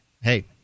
Hey